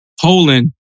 Poland